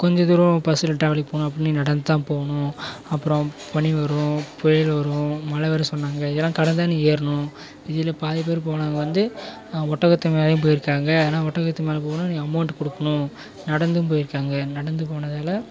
கொஞ்ச துாரம் பஸ்சில் ட்ராவல் போகணும் அப்படின்னு நடந்துதான் போகணும் அப்புறம் பனி வரும் புயல் வரும் மழை வருன்னு சொன்னாங்க இதெல்லாம் கடந்து தான் நீ ஏறணும் இதில் பாதிப்பேர் போனவங்க வந்து ஒட்டகத்து மேலேயும் போயிருக்காங்க ஆனால் ஒட்டகத்து மேலே போகணுன்னா நீங்கள் அமௌண்ட் கொடுக்குணும் நடந்தும் போயிருக்காங்க நடந்து போனதால்